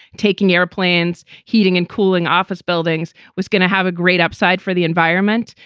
taking airplanes, heating and cooling office buildings was going to have a great upside for the environment.